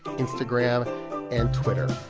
instagram and twitter.